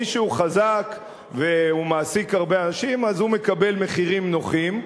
מי שהוא חזק ומעסיק הרבה אנשים אז הוא מקבל מחירים נוחים,